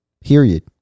period